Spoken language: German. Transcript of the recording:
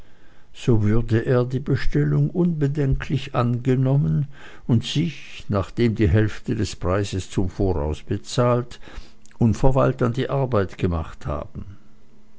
so würde er die bestellung unbedenklich angenommen und sich nachdem die hälfte des preises zum voraus bezahlt unverweilt an die arbeit gemacht haben